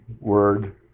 word